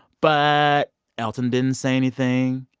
but elton didn't say anything.